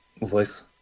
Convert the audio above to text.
voice